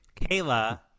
Kayla